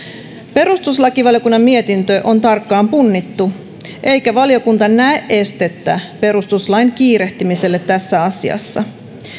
perustuslakivaliokunnan mietintö on tarkkaan punnittu eikä valiokunta näe estettä perustuslain kiirehtimiselle tässä asiassa